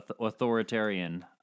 authoritarian